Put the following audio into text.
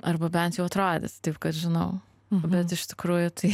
arba bent jau atrodys taip kad žinau bet iš tikrųjų tai